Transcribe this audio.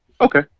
Okay